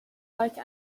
like